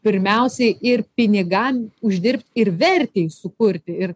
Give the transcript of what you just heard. pirmiausiai ir pinigam uždirbt ir vertei sukurti ir